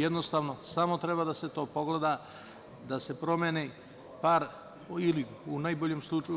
Jednostavno, samo treba da se to pogleda, da se promeni par, ili, u